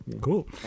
Cool